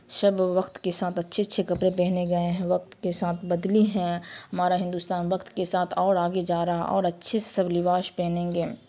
سب وقت کے ساتھ اچھے اچھے کپڑے پہنے گئے ہیں وقت کے ساتھ بدلی ہیں ہمارا ہندوستان وقت کے ساتھ اور آگے جا رہا ہے اور اچھے سے سب لباس پہنیں گے